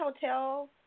hotel